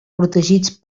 protegits